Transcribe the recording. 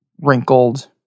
wrinkled